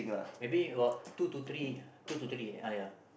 maybe about two to three ah two to three ah ya